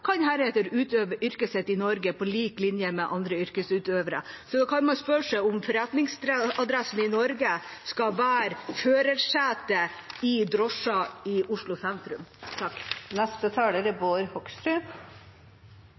kan heretter utøve yrket sitt i Norge på lik linje med andre yrkesutøvere. Da kan man spørre seg om forretningsadressen i Norge skal være førersetet i drosja i Oslo sentrum. Jeg har lyst til å starte med å si at jeg er